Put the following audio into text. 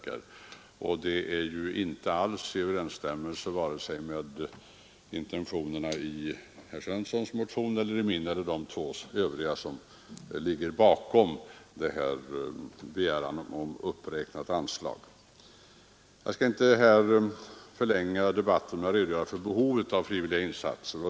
Det är ju inte alls i överensstämmelse med intentionerna i de motioner — herr Svenssons i Kungälv, min egen och de två övriga — som ligger bakom begäran om uppräknat anslag. Jag skall inte förlänga debatten genom att redogöra för behovet av frivilliga insatser.